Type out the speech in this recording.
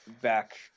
back